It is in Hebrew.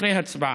אחרי ההצבעה.